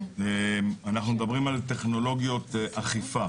אנחנו מדברים על טכנולוגיות אכיפה.